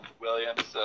Williams